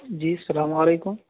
جی السّلام علیکم